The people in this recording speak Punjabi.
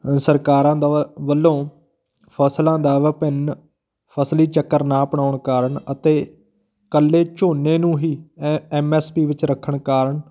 ਸਰਕਾਰਾਂ ਦਾ ਵੱਲੋਂ ਫਸਲਾਂ ਦਾ ਵਿਭਿੰਨ ਫਸਲੀ ਚੱਕਰ ਨਾ ਅਪਣਾਉਣ ਕਾਰਨ ਅਤੇ ਕੱਲੇ ਝੋਨੇ ਨੂੰ ਹੀ ਐਂ ਐੱਮ ਐੱਸ ਪੀ ਵਿੱਚ ਰੱਖਣ ਕਾਰਨ